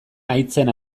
haitzen